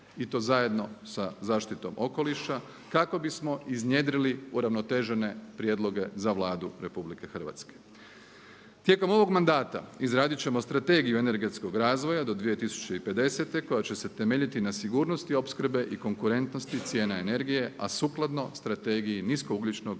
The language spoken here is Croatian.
i to zajedno sa zaštitom okoliša kako bismo iznjedrili uravnotežene prijedloge za Vladu Republike Hrvatske. Tijekom ovog mandata izradit ćemo Strategiju energetskog razvoja do 2050. koja će se temeljiti na sigurnosti opskrbe i konkurentnosti cijena energije a sukladno Strategiji niskougljičnog